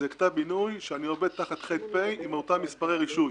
זה כתב מינוי שאני עובד תחת ח"פ עם אותם מספרי רישוי.